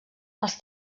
els